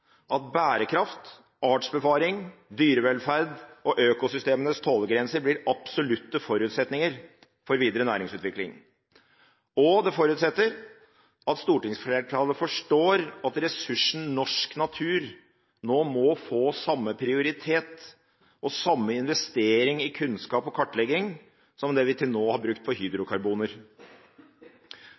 at bærekraft, artsbevaring, dyrevelferd og økosystemenes tålegrense blir absolutte forutsetninger for videre næringsutvikling, og at stortingsflertallet forstår at ressursen norsk natur nå må få samme prioritet og samme investering i kunnskap og kartlegging som det vi til nå har brukt på hydrokarboner.